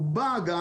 הוא בא גם,